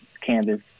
canvas